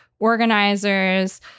organizers